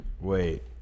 Wait